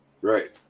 Right